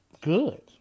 good